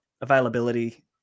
availability